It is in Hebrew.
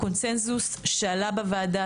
הקונצנזוס שעלה בוועדה,